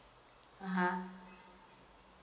(uh huh)